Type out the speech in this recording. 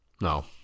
No